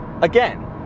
again